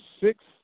six